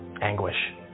anguish